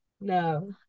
no